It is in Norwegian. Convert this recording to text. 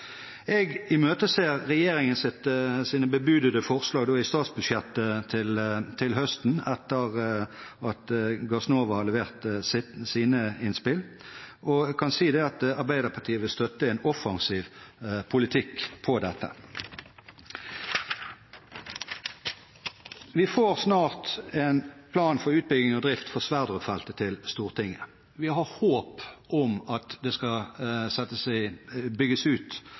Jeg imøteser regjeringens bebudede forslag i statsbudsjettet til høsten, etter at Gassnova har levert sine innspill. Jeg kan si at Arbeiderpartiet vil støtte en offensiv politikk på dette. Vi får snart en plan for utbygging og drift for Sverdrup-feltet til Stortinget. Vi har håp om at det skal bygges ut